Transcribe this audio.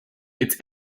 its